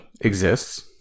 exists